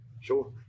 Sure